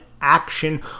Action